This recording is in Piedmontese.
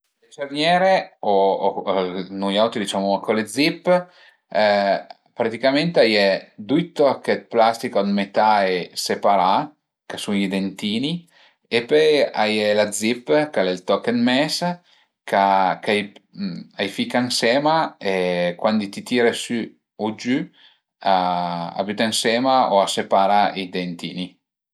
Le cerniere o nui auti le ciamuma co le zip, praticament a ie dui toch dë plastica o metai separà ch'a sun i dentini e pöi a ie la zip ch'al e ël toch ën mes ch'a ch'a i fica ënsema e cuandi ti tire sü u giü a büta ënsema o a separa i dentini